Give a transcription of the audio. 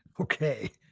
ah okay.